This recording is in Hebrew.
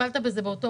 שטיפלת בזה באותו